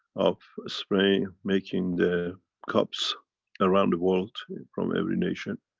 of spraying, making the cups around the world from every nation.